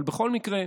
אבל בכל מקרה,